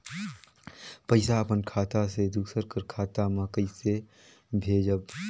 पइसा अपन खाता से दूसर कर खाता म कइसे भेजब?